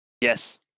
Yes